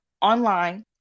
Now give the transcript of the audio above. online